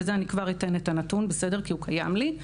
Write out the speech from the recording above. אני תכף אתן את הנתון כי הוא קיים לי,